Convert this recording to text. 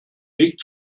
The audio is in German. weg